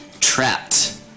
trapped